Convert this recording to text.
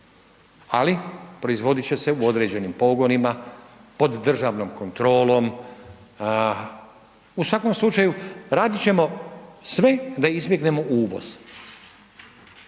ali, proizvoditi će se u određenim pogonima, pod državnom kontrolom, u svakom slučaju, radit ćemo sve da izbjegnemo uvoz.